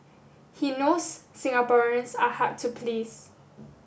he knows Singaporeans are hard to please